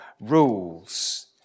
rules